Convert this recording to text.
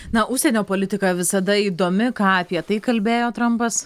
na užsienio politika visada įdomi ką apie tai kalbėjo trampas